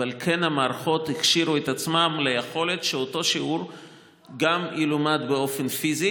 אבל המערכות כן הכשירו את עצמן ליכולת שאותו שיעור יילמד באופן פיזי